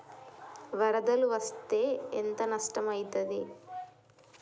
వరదలు వస్తే ఎంత నష్టం ఐతది?